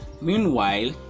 Meanwhile